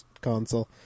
console